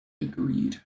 Agreed